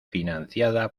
financiada